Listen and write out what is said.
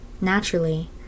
Naturally